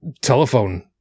telephone